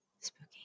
Spooky